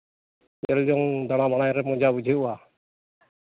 ᱧᱮᱞ ᱡᱚᱝ ᱫᱟᱬᱟ ᱵᱟᱲᱟᱭ ᱨᱮ ᱢᱚᱡᱟ ᱵᱩᱡᱷᱟᱹᱜᱼᱟ